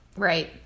Right